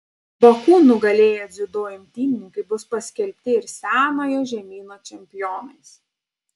baku nugalėję dziudo imtynininkai bus paskelbti ir senojo žemyno čempionais